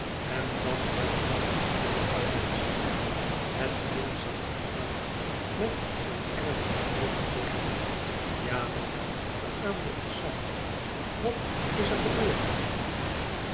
en dat wel vlak achter het paleis het kind zag haar aan met zijn ernstig rood gezichtje ja mama beaamde het zacht wat is er gebeurd